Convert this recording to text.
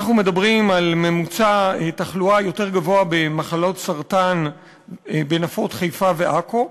אנחנו מדברים על ממוצע תחלואה יותר גבוה במחלות סרטן בנפות חיפה ועכו,